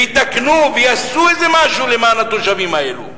ויתקנו ויעשו משהו למען התושבים האלה,